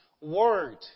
word